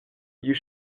you